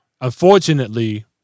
unfortunately